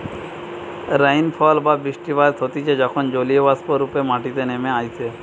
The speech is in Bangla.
রাইনফল বা বৃষ্টিপাত হতিছে যখন জলীয়বাষ্প রূপে মাটিতে নেমে আইসে